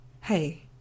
Hey